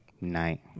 Night